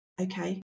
okay